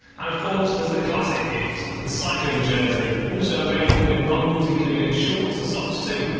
and of course, there's the classic gift, the cycling jersey, also available in bundles including shorts and socks too.